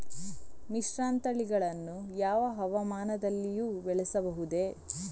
ಮಿಶ್ರತಳಿಗಳನ್ನು ಯಾವ ಹವಾಮಾನದಲ್ಲಿಯೂ ಬೆಳೆಸಬಹುದೇ?